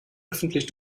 öffentlich